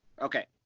Okay